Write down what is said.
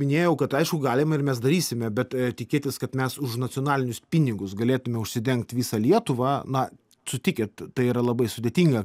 minėjau kad aišku galima ir mes darysime bet tikėtis kad mes už nacionalinius pinigus galėtume užsidengt visą lietuvą na sutikit tai yra labai sudėtinga